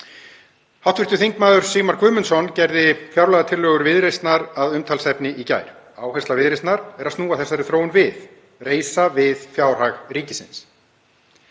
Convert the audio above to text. Hv. þm. Sigmar Guðmundsson gerði fjárlagatillögur Viðreisnar að umtalsefni í gær. Áhersla Viðreisnar er að snúa þessari þróun við, reisa við fjárhag ríkisins.